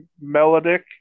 melodic